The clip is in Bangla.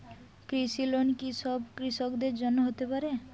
কৃষি লোন কি সব কৃষকদের জন্য হতে পারে?